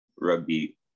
rugby